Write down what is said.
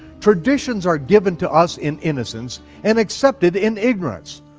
traditions are given to us in innocence and accepted in ignorance.